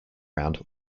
round